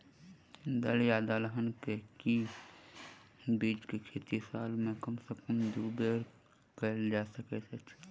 दल या दलहन केँ के बीज केँ खेती साल मे कम सँ कम दु बेर कैल जाय सकैत अछि?